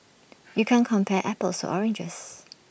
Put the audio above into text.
you can't compare apples to oranges